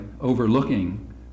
overlooking